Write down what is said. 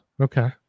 Okay